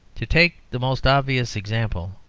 to take the most obvious example,